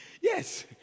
Yes